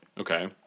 Okay